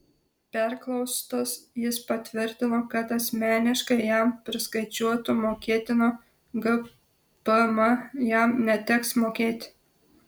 perklaustas jis patvirtino kad asmeniškai jam priskaičiuotų mokėtino gpm jam neteks mokėti